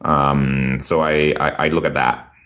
um so i i look at that.